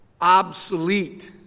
obsolete